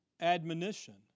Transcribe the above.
admonition